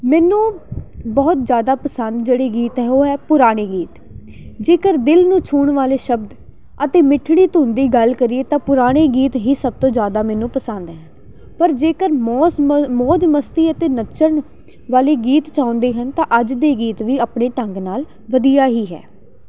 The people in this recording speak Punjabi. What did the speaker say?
ਮੈਨੂੰ ਬਹੁਤ ਜ਼ਿਆਦਾ ਪਸੰਦ ਜਿਹੜੇ ਗੀਤ ਹੈ ਉਹ ਹੈ ਪੁਰਾਣੇ ਗੀਤ ਜੇਕਰ ਦਿਲ ਨੂੰ ਵਾਲੇ ਸ਼ਬਦ ਅਤੇ ਮਿਠੜੀ ਧੁੰਨ ਦੀ ਗੱਲ ਕਰੀਏ ਤਾਂ ਪੁਰਾਣੇ ਗੀਤ ਹੀ ਸਭ ਤੋਂ ਜ਼ਿਆਦਾ ਮੈਨੂੰ ਪਸੰਦ ਹੈ ਪਰ ਜੇਕਰ ਮੌਸ ਮੌਜ ਮਸਤੀ ਅਤੇ ਨੱਚਣ ਵਾਲੇ ਗੀਤ ਚਾਹੁੰਦੇ ਹਨ ਤਾਂ ਅੱਜ ਦੇ ਗੀਤ ਵੀ ਆਪਣੇ ਢੰਗ ਨਾਲ ਵਧੀਆ ਹੀ ਹੈ